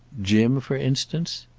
jim for instance?